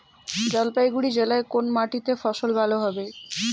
জলপাইগুড়ি জেলায় কোন মাটিতে ফসল ভালো হবে?